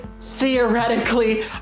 theoretically